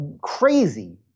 Crazy